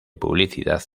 publicidad